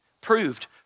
proved